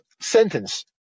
sentence